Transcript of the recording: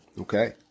Okay